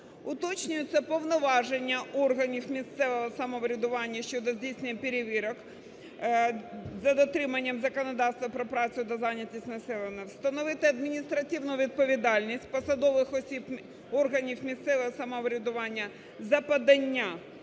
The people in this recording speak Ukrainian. Уточнюються повноваження органів місцевого самоврядування щодо здійснення перевірок за дотримання законодавства про працю та зайнятість населення. Встановити адміністративну відповідальність посадових осіб органів місцевого самоврядування за подання